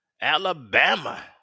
Alabama